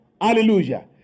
Hallelujah